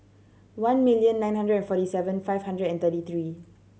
one million nine hundred forty seven five hundred and thirty three